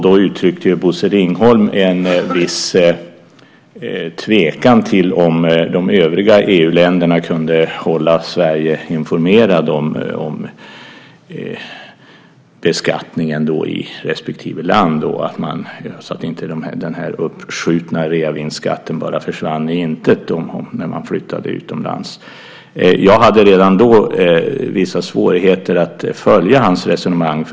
Då uttryckte Bosse Ringholm en viss tvekan till om de övriga EU-länderna kunde hålla Sverige informerat om beskattningen i respektive land så att inte den uppskjutna reavinstskatten försvann i intet när man flyttade utomlands. Jag hade redan då vissa svårigheter att följa hans resonemang.